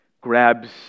grabs